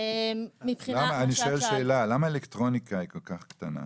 למה אלקטרוניקה היא כל כך קטנה?